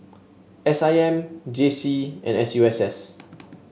S I M J C and S U S S